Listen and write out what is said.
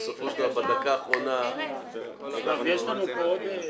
אבל עדיין לא נרשמו על שם